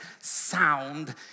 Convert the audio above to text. sound